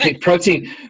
protein